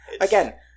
again